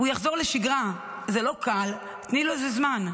הוא יחזור לשגרה, זה לא קל, תני לזה זמן.